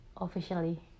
officially